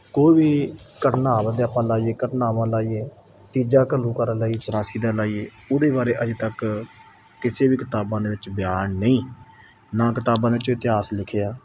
ਕੋਈ ਵੀ ਘਟਨਾਵਾਂ ਅਤੇ ਆਪਾਂ ਲਾਈਏ ਘਟਨਾਵਾਂ ਲਾਈਏ ਤੀਜਾ ਘੱਲੂਘਾਰਾ ਲਾਈਏ ਚੁਰਾਸੀ ਦਾ ਲਾਈਏ ਉਹਦੇ ਬਾਰੇ ਅਜੇ ਤੱਕ ਕਿਸੇ ਵੀ ਕਿਤਾਬਾਂ ਦੇ ਵਿੱਚ ਬਿਆਨ ਨਹੀਂ ਨਾ ਕਿਤਾਬਾਂ ਦੇ ਵਿੱਚ ਇਤਿਹਾਸ ਲਿਖਿਆ